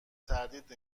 تردید